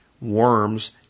worms